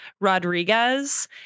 Rodriguez